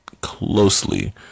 closely